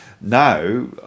Now